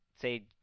say